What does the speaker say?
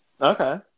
Okay